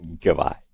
Goodbye